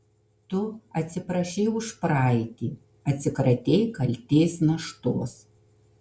tu atsiprašei už praeitį atsikratei kaltės naštos